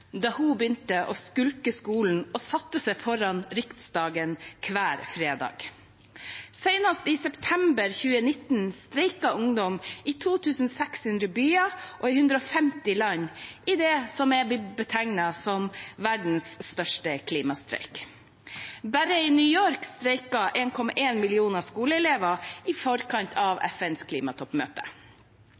hun begynte å skulke skolen og satte seg foran Riksdagen hver fredag. Senest i september 2019 streiket ungdom i 2 600 byer og 150 land i det som er blitt betegnet som verdens største klimastreik. Bare i New York streiket 1,1 millioner skoleelever i forkant av FNs klimatoppmøte.